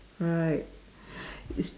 right it's